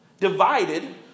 divided